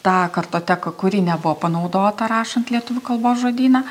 tą kartoteką kuri nebuvo panaudota rašant lietuvių kalbos žodyną